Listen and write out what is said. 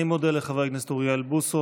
אני מודה לחבר הכנסת אוריאל בוסו.